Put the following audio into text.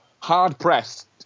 hard-pressed